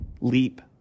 leap